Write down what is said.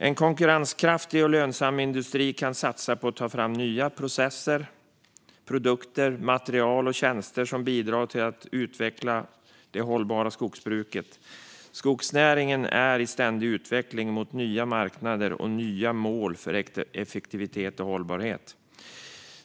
En konkurrenskraftig och lönsam industri kan satsa på att ta fram nya processer, produkter, material och tjänster som bidrar till att utveckla det hållbara skogsbruket. Kommissionens med-delande om en ny EU-skogsstrategi för 2030 Skogsnäringen är i ständig utveckling mot nya marknader och nya mål för effektivitet och hållbarhet.